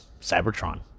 Cybertron